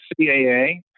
CAA